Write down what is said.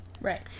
Right